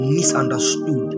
misunderstood